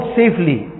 safely